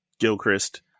Gilchrist